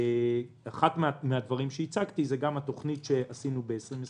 אחד הדברים שהצגתי זה גם התוכנית שעשינו ב-2021